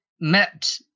met